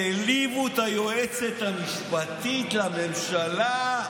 העליבו את היועצת המשפטית לממשלה,